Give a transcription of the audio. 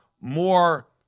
more